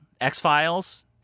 X-Files